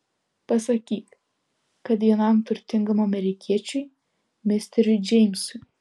pasakyk kad vienam turtingam amerikiečiui misteriui džeimsui